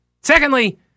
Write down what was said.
Secondly